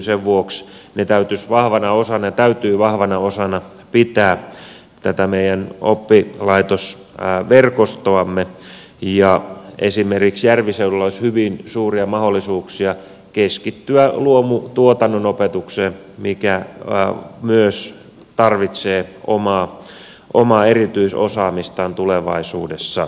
sen vuoksi ne täytyy pitää vahvana osana tätä meidän oppilaitosverkostoamme ja esimerkiksi järviseudulla olisi hyvin suuria mahdollisuuksia keskittyä luomutuotannon opetukseen mikä myös tarvitsee omaa erityisosaamistaan tulevaisuudessa